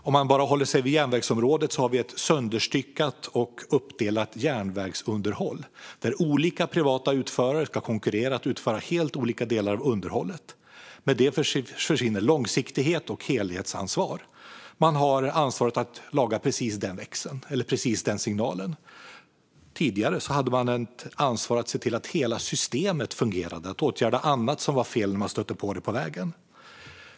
Om vi håller oss till järnvägsområdet kan vi se ett sönderstyckat och uppdelat järnvägsunderhåll där olika privata utförare ska konkurrera om att utföra helt olika delar av underhållet. Med detta försvinner långsiktighet och helhetsansvar. Man har ansvar för att laga en specifik växel eller en specifik signal. Tidigare hade man ett ansvar för att se till att hela systemet fungerade och åtgärda annat som var fel när man stötte på det.